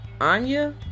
Anya